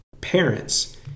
parents